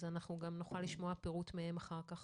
אז נוכל לשמוע פירוט מהם אחר-כך